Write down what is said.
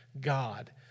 God